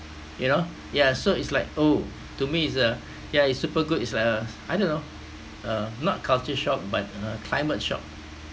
you know ya so it's like oh to me it's uh ya it's super good it's like uh I don't know uh not culture shock but uh climate shock